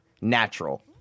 natural